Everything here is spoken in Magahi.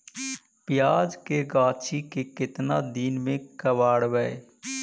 प्याज के गाछि के केतना दिन में कबाड़बै?